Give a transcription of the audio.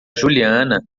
juliana